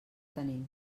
tenim